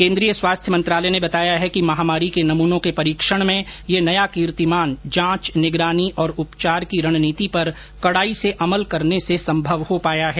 केन्द्रीय स्वास्थ्य मंत्रालय ने बताया है कि महामारी के नमूनों के परीक्षण मेँ यह नया कीर्तिमान जांच निगरानी और उपचार की रणनीति पर कड़ाई से अमल करने से संभव हो पाया है